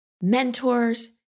mentors